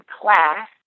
class